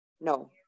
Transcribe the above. No